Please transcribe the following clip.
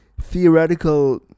theoretical